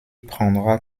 prendra